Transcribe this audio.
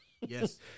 yes